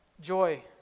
joy